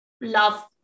love